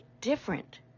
different